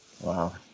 Wow